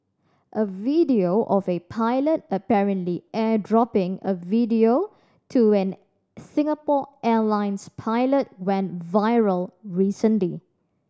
a video of a pilot apparently airdropping a video to an Singapore Airlines pilot went viral